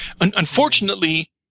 Unfortunately